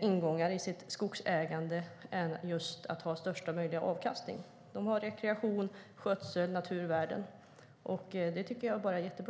ingångar i sitt skogsägande än att just ha största möjliga avkastning. De har rekreation, skötsel och naturvärden. Det är jättebra.